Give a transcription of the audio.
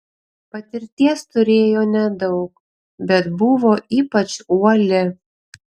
patirties turėjo nedaug bet buvo ypač uoli